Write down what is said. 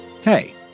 Hey